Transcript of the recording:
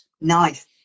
Nice